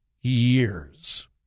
years